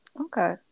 okay